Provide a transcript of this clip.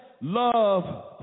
love